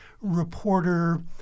reporter